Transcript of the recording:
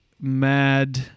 mad